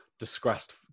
disgraced